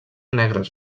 negres